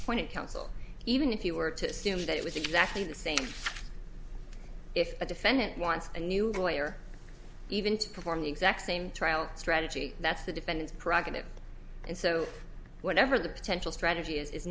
it counsel even if you were to assume that it was exactly the same if a defendant wants a new lawyer even to perform the exact same trial strategy that's the defendant's pregnant and so whatever the potential strategy is